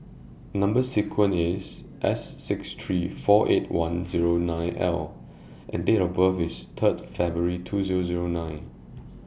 Number sequence IS S six three four eight one nine L and Date of birth IS Third February two Zero Zero nine